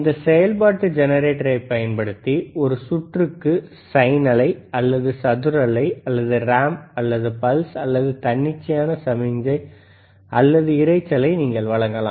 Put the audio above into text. இந்த செயல்பாட்டு ஜெனரேட்டரைப் பயன்படுத்தி ஒரு சுற்றுக்கு சைன் அலை அல்லது சதுர அலை அல்லது ரேம்ப் அல்லது பல்ஸ் அல்லது தன்னிச்சையான சமிக்ஞை அல்லது இரைச்சலை நீங்கள் வழங்கலாம்